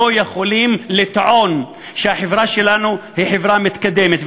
לא יכולים לטעון שהחברה שלנו היא לא חברה מתקדמת,